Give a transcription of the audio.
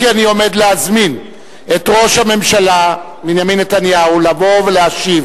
כי אני עומד להזמין את ראש הממשלה בנימין נתניהו לבוא להשיב